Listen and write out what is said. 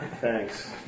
Thanks